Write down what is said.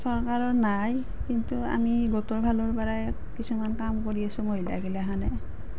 চৰকাৰৰ নাই কিন্তু আমি গোটৰ ফালৰ পৰাই কিছুমান কাম কৰি আছোঁ মহিলাগিলাখনে